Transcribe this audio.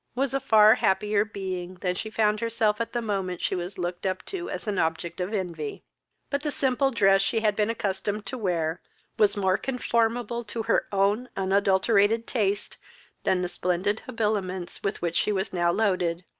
was a far happier being than she found herself at the moment she was looked up to as an object of envy but the simple dress she had been accustomed to wear was more conformable to her own unadulterated taste than the splendid habiliments with which she was now loaded,